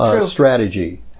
strategy